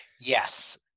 Yes